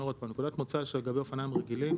שלגבי אופניים רגילים,